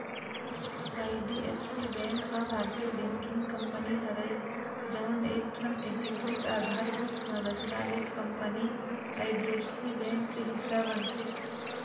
IDFC bank ह भारतीय banking company हरय जउन एकठन एकीकृत अधारभूत संरचना वित्त कंपनी आई.डी.एफ.सी बेंक के हिस्सा बनथे